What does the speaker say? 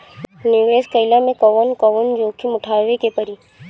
निवेस कईला मे कउन कउन जोखिम उठावे के परि?